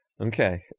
Okay